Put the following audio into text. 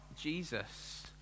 Jesus